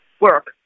work